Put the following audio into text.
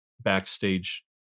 backstage